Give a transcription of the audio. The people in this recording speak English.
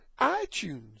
iTunes